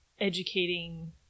educating